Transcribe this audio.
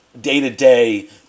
day-to-day